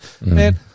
man